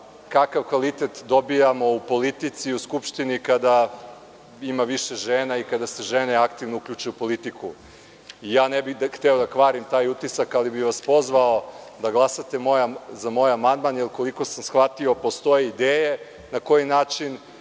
kakav kvalitet dobijamo u politici, u Skupštini kada ima više žena i kada se žene aktivno uključe u politiku. Ne bih hteo da kvarim taj utisak, ali bih vas pozvao da glasate za moj amandman, jer koliko sam shvatio postoje ideje na koji način